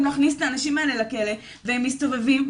להכניס את האנשים האלה לכלא והם מסתובבים,